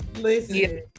Listen